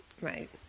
right